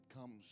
comes